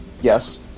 Yes